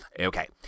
Okay